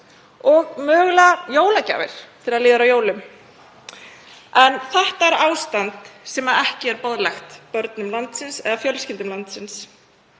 og mögulega jólagjafir þegar líður að jólum. Þetta ástand er ekki boðlegt börnum landsins eða fjölskyldum landsins.